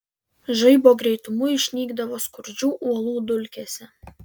žaibo greitumu išnykdavo skurdžių uolų dulkėse